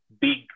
big